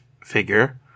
figure